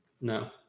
No